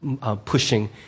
pushing